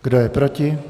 Kdo je proti?